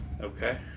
Okay